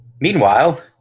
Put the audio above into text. meanwhile